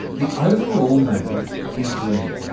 the overall mood is gloomy,